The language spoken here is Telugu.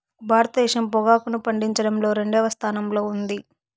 భారతదేశం పొగాకును పండించడంలో రెండవ స్థానంలో ఉంది